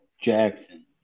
Jackson